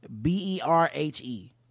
B-E-R-H-E